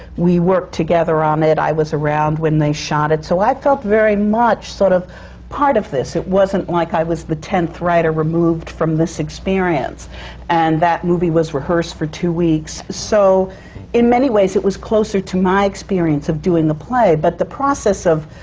we worked together on um it, i was around when they shot it. so i felt very much sort of part of this. it wasn't like i was the tenth writer removed from this experience and that movie was rehearsed for two weeks. so in many ways, it was closer to my experience of doing a play. but the process of,